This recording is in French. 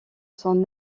son